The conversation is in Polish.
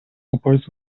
opowiedz